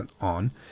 on